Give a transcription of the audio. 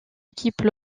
équipes